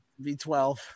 V12